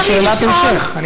זו שאלת המשך.